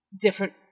different